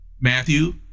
Matthew